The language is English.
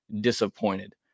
disappointed